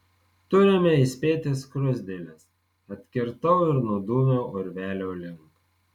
turime įspėti skruzdėles atkirtau ir nudūmiau urvelio link